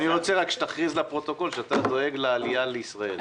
אני רוצה שתכריז לפרוטוקול שאתה דואג לעלייה לישראל.